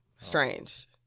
strange